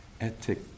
Ethic